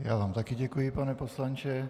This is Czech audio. Já vám také děkuji, pane poslanče.